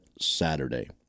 Saturday